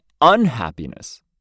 unhappiness